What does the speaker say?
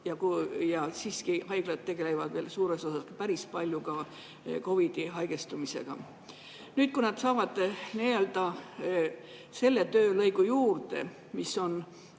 ja siiski haiglad tegelevad veel suures osas päris palju ka COVID‑isse haigestunutega. Nüüd nad saavad selle töölõigu juurde, see on